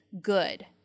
good